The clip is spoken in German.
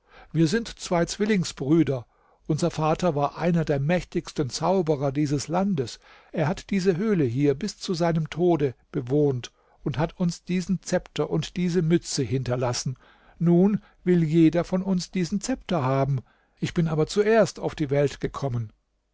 wir sind zwei zwillingsbrüder unser vater war einer der mächtigsten zauberer dieses landes er hat diese höhle hier bis zum seinem tode bewohnt und hat uns diesen zepter und diese mütze hinterlassen nun will jeder von uns diesen zepter haben ich bin aber zuerst auf die welt gekommen